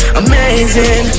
amazing